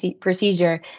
procedure